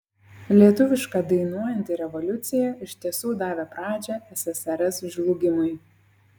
lietuviška dainuojanti revoliucija iš tiesų davė pradžią ssrs žlugimui